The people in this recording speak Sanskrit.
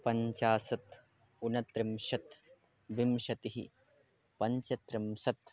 पञ्चाशत् ऊनत्रिंशत् विंशतिः पञ्चत्रिंशत्